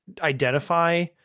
identify